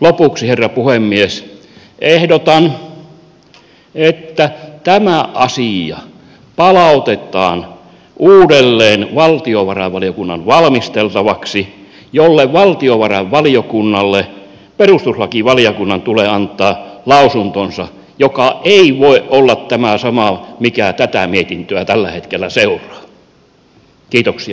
lopuksi herra puhemies ehdotan että tämä asia palautetaan uudelleen valtiovarainvaliokunnan valmisteltavaksi ja valtiovarainvaliokunnalle perustuslakivaliokunnan tulee antaa lausuntonsa joka ei voi olla tämä sama mikä tätä mietintöä tällä hetkellä seuraa